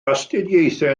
astudiaethau